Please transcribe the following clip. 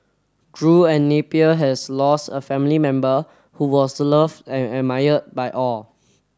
Drew and Napier has lost a family member who was loved and admired by all